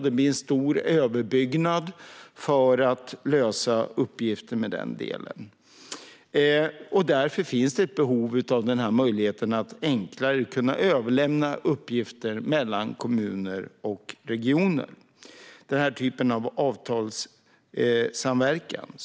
Det blir en stor överbyggnad för att lösa uppgifter med den delen. Därför finns det ett behov av möjligheten att enklare överlämna uppgifter mellan kommuner och regioner - den här typen av avtalssamverkan.